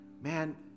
man